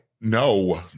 No